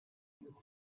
how